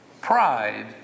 Pride